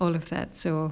all of that so